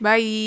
Bye